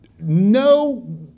no